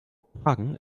kopenhagen